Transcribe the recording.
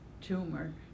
tumor